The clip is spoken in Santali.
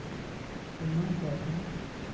ᱚᱱᱟ ᱡᱟᱭᱜᱟ